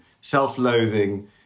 self-loathing